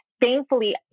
thankfully